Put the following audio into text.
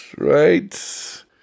right